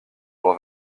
pour